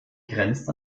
grenzt